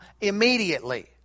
immediately